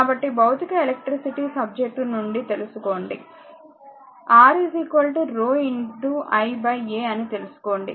కాబట్టిభౌతిక electricity subject నుండి తెలుసుకోండి R l A అని తెలుసుకోండి